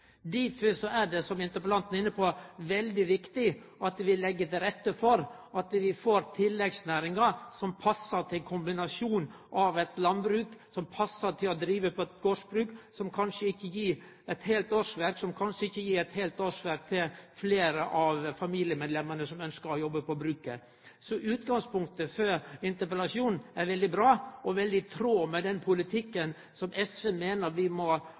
er det, som interpellanten var inne på, veldig viktig at vi legg til rette for at vi får ei tilleggsnæring som passar i kombinasjon med eit landbruk, som passar til å drive eit gardsbruk som kanskje ikkje gir eit heilt årsverk, eller som kanskje ikkje gir eit heilt årsverk til fleire familiemedlemmer som ønskjer å jobbe på bruket. Så utgangspunktet for interpellasjonen er veldig bra og veldig i tråd med den politikken som SV meiner vi må